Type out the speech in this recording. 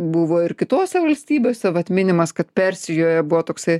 buvo ir kitose valstybėse vat minimas kad persijoje buvo toksai